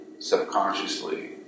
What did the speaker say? subconsciously